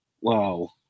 Wow